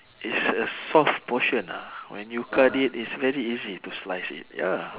is a soft portion ah when you cut it is very easy to slice it ya